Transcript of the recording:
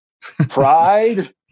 Pride